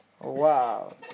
Wow